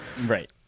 Right